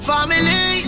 Family